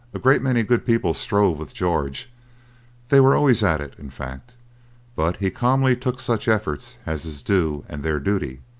a great many good people strove with george they were always at it, in fact but he calmly took such efforts as his due and their duty,